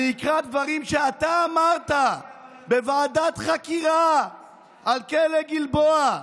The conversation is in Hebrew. אני אקרא דברים שאתה אמרת בוועדת חקירה על כלא גלבוע,